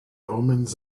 omens